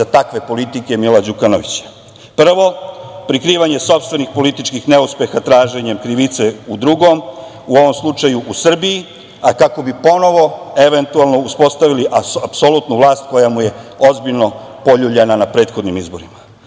iza takve politike Mila Đukanovića. Prvo, prikrivanje sopstvenih političkih neuspeha traženjem krivice u drugom, u ovom slučaju u Srbiji, a kako bi ponovo, eventualno, uspostavili apsolutnu vlast koja mu je ozbiljno poljuljana na prethodnim izborima.